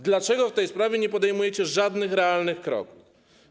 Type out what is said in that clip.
Dlaczego w tej spawie nie podejmujecie żadnych realnych kroków?